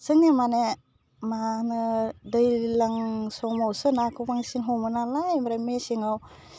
जोंनि माने मा होनो दैलां समावसो नाखौ बांसिन हमो नालाय आमफ्राय मेसेङाव